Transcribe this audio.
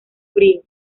frío